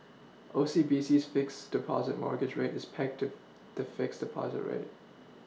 OCBC's fixed Deposit mortgage rate is the fixed Deposit rate